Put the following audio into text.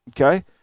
okay